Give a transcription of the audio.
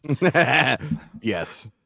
Yes